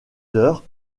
d’heures